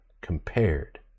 compared